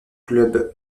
club